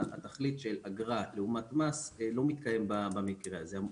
התכלית של אגרה לעומת מס לא מתקיים במקרה הזה.